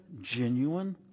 genuine